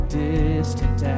distant